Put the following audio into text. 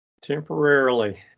Temporarily